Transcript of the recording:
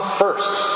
first